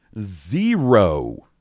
zero